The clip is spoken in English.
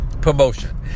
promotion